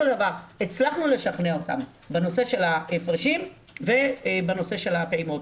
דבר הצלחנו לשכנע אותם בנושא של ההפרשים ובנושא של הפעימות.